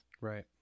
right